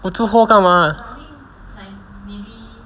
我住 hall 干嘛